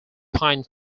pine